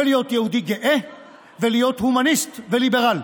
ולהיות יהודי גאה ולהיות הומניסט וליברל.